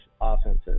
offenses